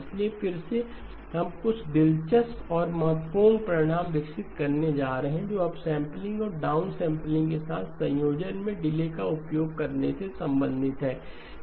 इसलिए फिर से हम कुछ दिलचस्प और महत्वपूर्ण परिणाम विकसित करने जा रहे हैं जो अपसैम्पलिंग और डाउनसैम्पलिंग के साथ संयोजन में डिले का उपयोग करने से संबंधित हैं